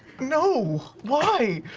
no! why?